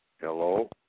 Hello